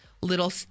little